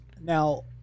Now